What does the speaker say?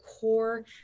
core